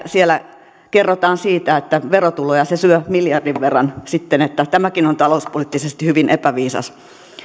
siellä kerrotaan siitä että verotuloja se syö miljardin verran että tämäkin on sitten talouspoliittisesti hyvin